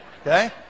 okay